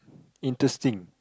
interesting